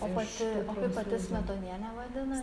o pati o kaip pati smetonienė vadina